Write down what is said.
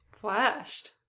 Flashed